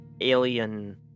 alien